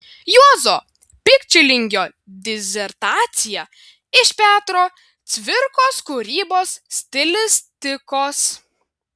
juozo pikčilingio disertacija iš petro cvirkos kūrybos stilistikos